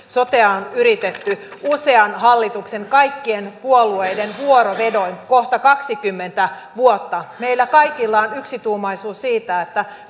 sotea on yritetty usean hallituksen kaikkien puolueiden vuorovedoin kohta kaksikymmentä vuotta meillä kaikilla on yksituumaisuus siitä että